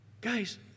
Guys